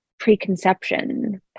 preconception